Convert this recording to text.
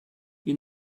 you